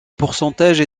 pourcentage